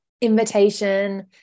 invitation